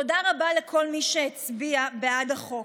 תודה רבה לכל מי שהצביע בעד החוק.